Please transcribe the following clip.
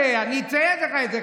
אני אצייץ לך את זה.